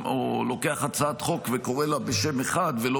או לוקח הצעת חוק וקורא לה בשם אחד ולא